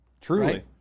truly